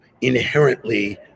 inherently